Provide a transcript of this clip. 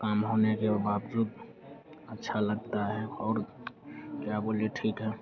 काम होने के बावजूद अच्छा लगता है और क्या बोलें ठीक है